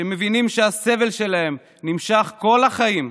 מבינים שהסבל שלהם נמשך כל החיים,